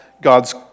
God's